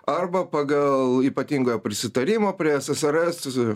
arba pagal ypatingojo prisitarimo prie ssrs